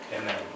Amen